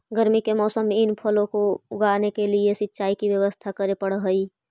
गर्मी के मौसम में इन फलों को उगाने के लिए सिंचाई की व्यवस्था करे पड़अ हई